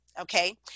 okay